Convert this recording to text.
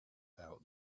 out